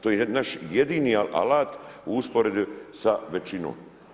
To je naš jedini alat u usporedbi sa većinom.